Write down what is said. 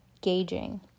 gauging